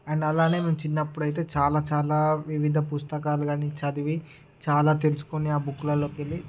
and అలానే మేము చిన్నపుడైతే చాలా చాలా వివిధ పుస్తకాలు గాని చదివి చాలా తెలుసుకుని ఆ బుక్లలోకెళ్ళి